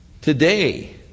today